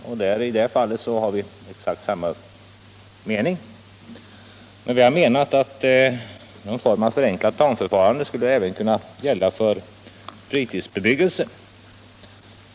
I det fallet har vi exakt samma mening som departementschefen, men vi har tyckt att någon form av förenklat planförfarande även skulle kunna gälla för fritidsbebyggelse.